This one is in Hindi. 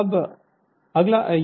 अब अगला यह एक है